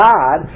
God